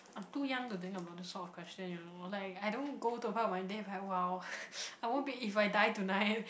I'm too young to think about this sort of question you know like I don't go to a part of my day like !wow! I won't be if I die tonight